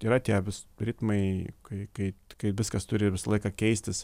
yra tie vis ritmai kai kai kai viskas turi visą laiką keistis